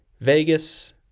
Vegas